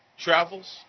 travels